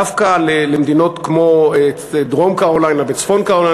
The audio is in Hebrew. דווקא במדינות כמו דרום-קרוליינה וצפון-קרוליינה,